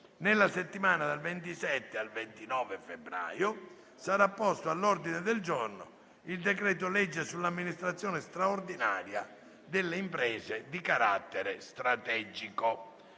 Nella settimana dal 27 al 29 febbraio sarà posto all'ordine del giorno il decreto-legge sull'amministrazione straordinaria delle imprese di carattere strategico.